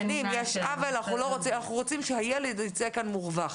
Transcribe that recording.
אנחנו רוצים שהילד ייצא מורווח.